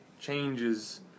Changes